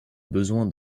besoin